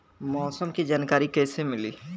मौसम के जानकारी कैसे मिली?